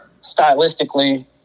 stylistically